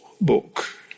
book